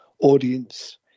audience